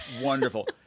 Wonderful